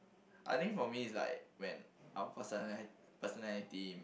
I think for me is like when our person personality